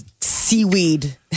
Seaweed